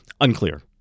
Unclear